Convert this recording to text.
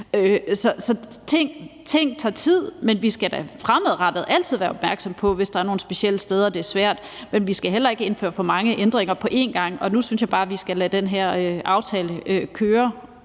Så ting tager tid, men vi skal da fremadrettet altid være opmærksomme på det, hvis der er nogle specielle steder, hvor det svært. Men vi skal heller ikke indføre for mange ændringer på én gang, og nu synes jeg bare, vi skal lade den her aftale køre.